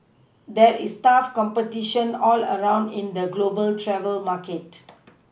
there is tough competition all round in the global travel market